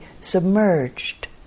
submerged